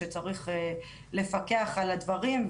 שצריך לפקח על הדברים,